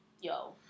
yo